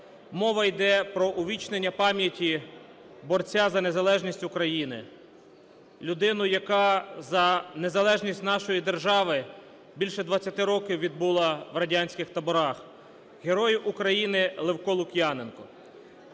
Мова йде про увічнення пам'яті борця за незалежність України, людини, яка за незалежність нашої держави більше 20 років відбула в радянських таборах, Героя України Левка Лук'яненка.